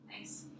Nice